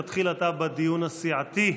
נתחיל עתה בדיון הסיעתי.